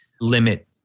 limit